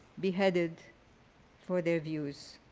beheaded for their views.